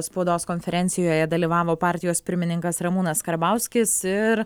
spaudos konferencijoje dalyvavo partijos pirmininkas ramūnas karbauskis ir